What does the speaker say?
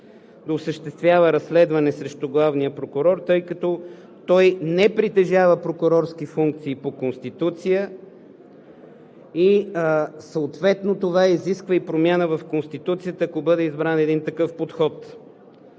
да осъществява разследване срещу главния прокурор, тъй като той не притежава прокурорски функции по Конституция и съответно това изисква и промяна в Конституцията, ако бъде избран един такъв подход.